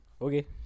Okay